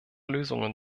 lösungen